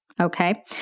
Okay